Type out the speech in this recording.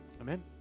Amen